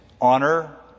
honor